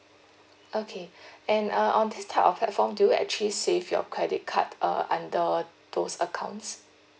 okay and uh on this type of platform do you actually save your credit card uh under those accounts